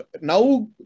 now